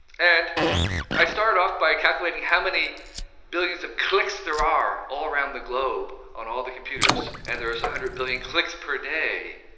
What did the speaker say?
and i started off by calculating how many billions of clicks there are all around the globe on all the computers. and there is a one hundred billion clicks per day.